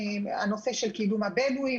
הנושא של קידום הבדואים,